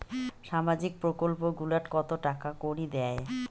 সামাজিক প্রকল্প গুলাট কত টাকা করি দেয়?